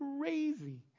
crazy